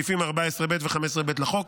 סעיפים 14(ב) ו-15(ב) לחוק,